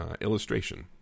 illustration